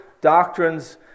doctrines